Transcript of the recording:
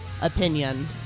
opinion